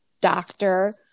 doctor